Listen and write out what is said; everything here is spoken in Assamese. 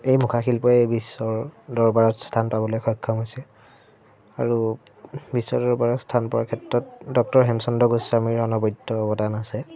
এই মুখা শিল্পই বিশ্বৰ দৰবাৰত স্থান পাবলৈ সক্ষম হৈছে আৰু বিশ্ব দৰবাৰত স্থান পোৱাৰ ক্ষেত্ৰত ডক্টৰ হেমচন্দ্ৰ গোস্বামীৰ অনবদ্য অৱদান আছে